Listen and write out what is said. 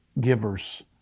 givers